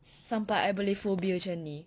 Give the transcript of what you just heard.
sampai I boleh phobia macam ini